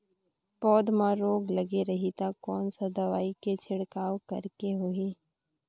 पौध मां रोग लगे रही ता कोन सा दवाई के छिड़काव करेके होही?